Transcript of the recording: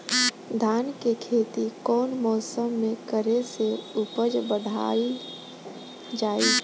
धान के खेती कौन मौसम में करे से उपज बढ़ाईल जाई?